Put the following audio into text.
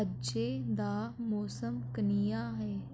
अज्जै दा मौसम कनेहा ऐ